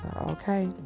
okay